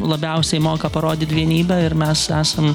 labiausiai moka parodyt vienybę ir mes esam